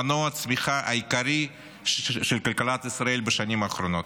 מנוע הצמיחה העיקרי של כלכלת ישראל בשנים האחרונות,